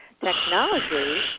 technology